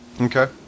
Okay